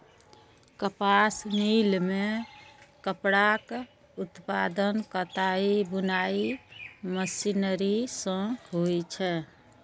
कपास मिल मे कपड़ाक उत्पादन कताइ बुनाइ मशीनरी सं होइ छै